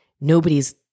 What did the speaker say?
nobody's